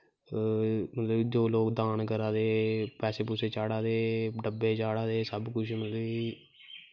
मतलव जे लोग दान करा दे पैसे पूसे चाढ़ा दे डब्बे चाढ़ा दे सब कुश मतलव कि